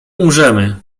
umrzemy